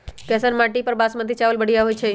कैसन माटी पर बासमती चावल बढ़िया होई छई?